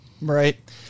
Right